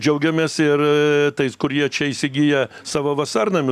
džiaugiamės ir tais kurie čia įsigiję savo vasarnamiu